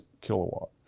kilowatt